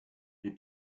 les